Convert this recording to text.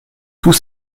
tout